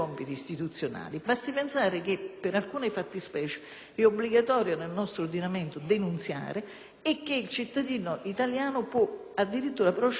e che il cittadino italiano può addirittura procedere in alcuni casi, quando l'arresto è obbligatorio, all'arresto facoltativo. Non vedo quindi perché si debbano aggiungere compiti